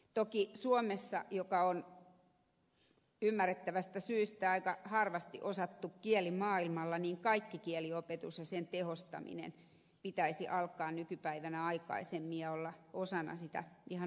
toki suomessa suomen kieli on ymmärrettävästä syystä aika vähän osattu kieli maailmalla kaikki kieliopetus ja sen tehostaminen pitäisi aloittaa nykypäivänä aikaisemmin ja olla osana ihan normaalielämää